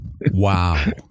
wow